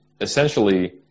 essentially